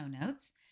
notes